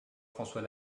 françois